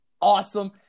awesome